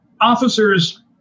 officers